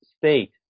state